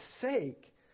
sake